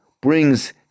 brings